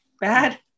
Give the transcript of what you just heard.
bad